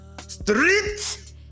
Street